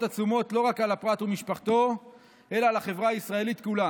עצומות לא רק על הפרט ומשפחתו אלא על החברה הישראלית כולה.